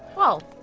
well.